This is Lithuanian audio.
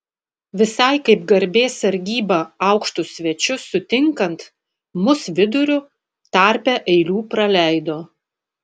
visai kaip garbės sargyba aukštus svečius sutinkant mus viduriu tarpe eilių praleido